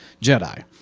Jedi